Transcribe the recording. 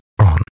on